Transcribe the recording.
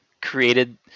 created